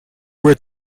we’re